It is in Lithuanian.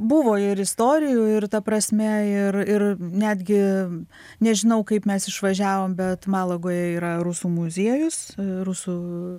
buvo ir istorijų ir ta prasme ir ir netgi nežinau kaip mes išvažiavom bet malagoje yra rusų muziejus rusų